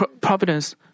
providence